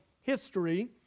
history